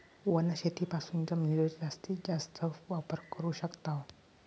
वनशेतीपासून जमिनीचो जास्तीस जास्त वापर करू शकताव